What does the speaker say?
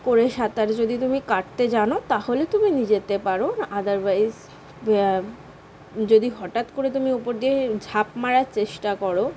করে সাঁতার যদি তুমি কাটতে জানো তাহলে তুমি নি যেতে পারো আদার ওয়াইস ব্যা যদি হঠাৎ করে তুমি উপর দিয়ে ঝাঁপ মারার চেষ্টা করো